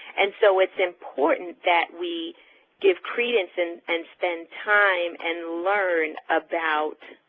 and so it's important that we give credence and and spend time and learn about